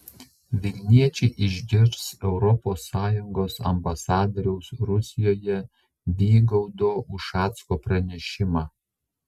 vilniečiai išgirs europos sąjungos ambasadoriaus rusijoje vygaudo ušacko pranešimą